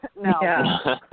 No